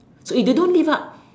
so if you don't live up